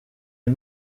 est